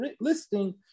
listing